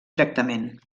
tractament